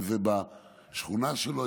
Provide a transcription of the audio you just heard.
אם זה בשכונה שלו,